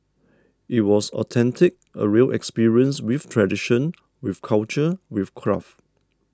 it was authentic a real experience with tradition with culture with craft